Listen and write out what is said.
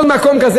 כל מענק כזה,